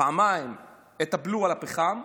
פעמיים את הבלו על הפחם.